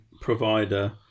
provider